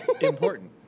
Important